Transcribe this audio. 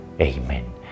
Amen